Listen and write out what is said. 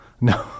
No